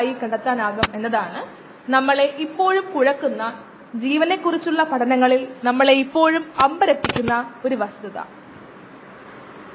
അതിനുമുമ്പുള്ള കൂടുതൽ പൊതുവായ ഒരു പദപ്രയോഗം അത് സമയം അതിൽ നിന്ന് പോകാൻ എടുക്കുന്ന സമയം എന്നിവ നൽകുന്നു നമുക്ക് xv0 ന്റെ പ്രാരംഭ സാന്ദ്രത ഒരു പ്രതേക സമയത്തെ t